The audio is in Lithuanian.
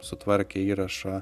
sutvarkė įrašą